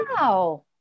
Wow